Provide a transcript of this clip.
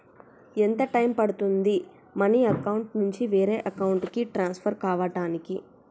ఎంత టైం పడుతుంది money account నుంచి వేరే అకౌంట్ కి ట్రాన్స్ఫర్ కావటానికి?